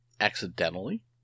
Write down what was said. accidentally